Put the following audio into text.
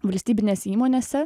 valstybinėse įmonėse